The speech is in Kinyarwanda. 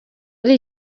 ari